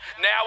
Now